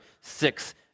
six